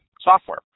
software